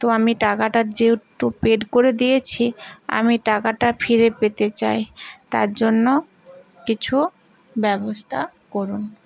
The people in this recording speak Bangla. তো আমি টাকাটা যেহেতু পেড করে দিয়েছি আমি টাকাটা ফিরে পেতে চাই তার জন্য কিছু ব্যবস্থা করুন